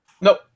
Nope